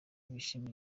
bishimira